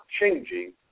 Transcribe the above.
changing